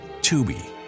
Tubi